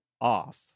off